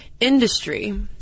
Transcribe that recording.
Industry